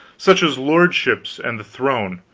such as lordships and the throne,